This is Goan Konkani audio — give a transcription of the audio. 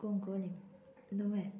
कुंकोलीम नुवें